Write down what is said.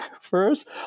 first